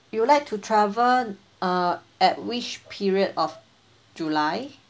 you would like to travel uh at which period of july